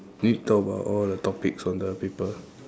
need to talk about all the topics on the paper